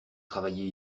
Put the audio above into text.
travailler